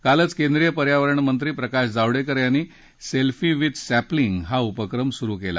कालच केंद्रीय पर्यावरण मंत्री प्रकाश जावडेकर यांनी सेल्फी विथ सॅपलिंग हा उपक्रम सुरु केला